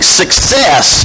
success